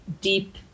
deep